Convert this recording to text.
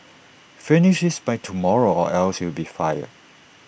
finish this by tomorrow or else you'll be fired